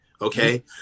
Okay